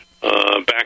Back